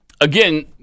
Again